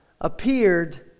appeared